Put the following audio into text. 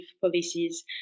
policies